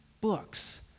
books